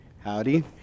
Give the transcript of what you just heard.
Howdy